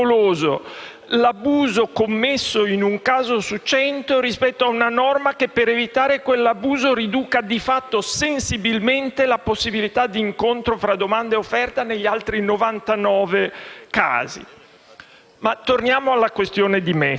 l'abuso commesso in un caso su cento rispetto a una norma che, per evitare quell'abuso, riduca di fatto sensibilmente la possibilità di incontro fra domanda e offerta negli altri novantanove casi. Ma torniamo alla questione di metodo.